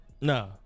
No